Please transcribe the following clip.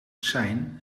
zijn